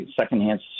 secondhand